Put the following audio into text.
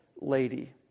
lady